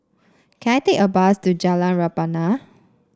can I take a bus to Jalan Rebana